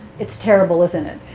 it's terrible, isn't it?